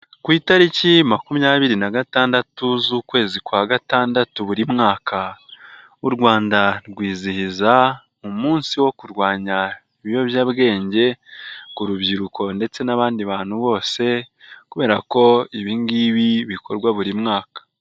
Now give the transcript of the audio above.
Ku itariki makumyabiri na gatandatu z'ukwezi kwa Gatandatu buri mwaka, u Rwanda rwizihiza umunsi wo kurwanya ibiyobyabwenge ku rubyiruko ndetse n'abandi bantu bose kubera ko ibi ngibi bikorwa buri mwaka.